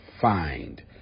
find